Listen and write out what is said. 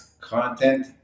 content